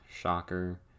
shocker